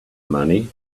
money